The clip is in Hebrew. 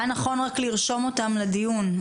היה נכון לרשום אותם לדיון,